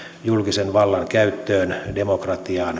julkisen vallan käyttöön demokratiaan